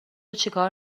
چیکار